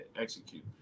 execute